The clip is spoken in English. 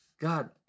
God